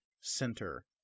center